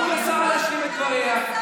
תנו לשרה להשלים את דבריה,